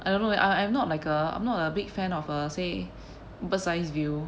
I don't know man I'm not like a I'm not a big fan of err say bird's eye view